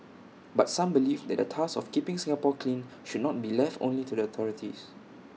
but some believe that the task of keeping Singapore clean should not be left only to the authorities